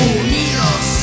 unidos